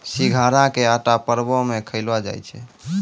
सिघाड़ा के आटा परवो मे खयलो जाय छै